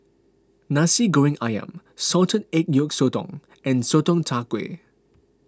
Nasi Goreng Ayam Salted Egg Yolk Sotong and Sotong Char Kway